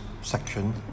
section